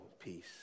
peace